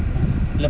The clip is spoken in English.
ah